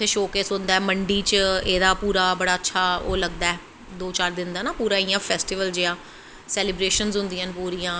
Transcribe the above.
इत्थें एह् किश होंदा ऐ मंडी न एह्दा पूरा बड़ा ओह् होंदा ऐ दो चार दिन च इयां फैस्टिवल जियां सैलिव्रेशनस होंदियां न